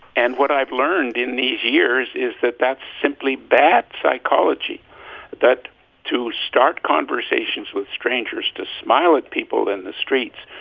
and what i've learned in these years is that that's simply bad psychology that to start conversations with strangers, to smile at people in the streets,